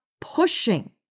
pushing